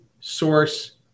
source